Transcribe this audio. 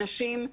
נשים.